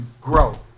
grow